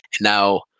Now